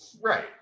Right